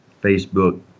Facebook